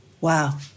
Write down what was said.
Wow